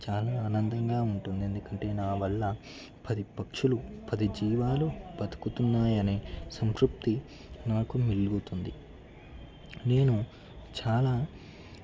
చాలా ఆనందంగా ఉంటుంది ఎందుకంటే నా వల్ల పది పక్షులు పది జీవాలు బతుకున్నాయనే సంతృప్తి నాకు మిగులుతుంది నేను చాలా